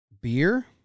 Beer